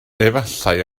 efallai